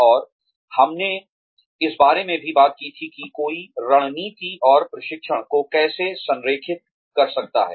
और हमने इस बारे में भी बात की थी कि कोई रणनीति और प्रशिक्षण को कैसे संरेखित कर सकता है